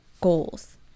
goals